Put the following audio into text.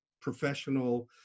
professional